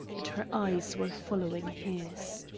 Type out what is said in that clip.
and her eyes were following his.